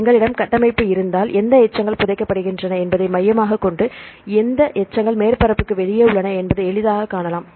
எங்களிடம் கட்டமைப்பு இருந்தால் எந்த எச்சங்கள் புதைக்கப்படுகின்றன என்பதை மையமாகக் கொண்டு எந்த எச்சங்கள் மேற்பரப்புக்கு வெளியே உள்ளன என்பதை எளிதாகக் காணலாம்